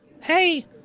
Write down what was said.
Hey